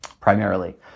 primarily